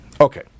okay